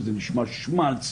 זה נשמע שמאלץ,